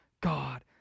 God